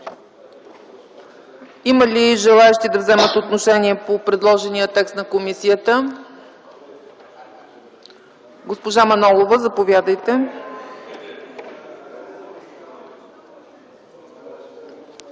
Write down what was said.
Има ли желаещи да вземат отношение по предложения текст на комисията? Госпожо Манолова, заповядайте.